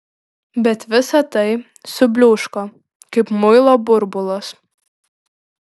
bet visa tai subliūško kaip muilo burbulas